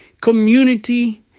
community